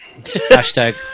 hashtag